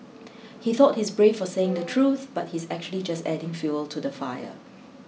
he thought he's brave for saying the truth but he's actually just adding fuel to the fire